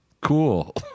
Cool